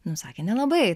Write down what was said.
nu sakė nelabai